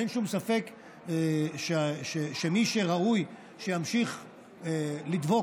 אין שום ספק שמי שראוי שימשיך לדבוק